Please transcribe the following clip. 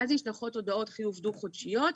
ואז נשלחות הודעות חיוב דו חודשיות.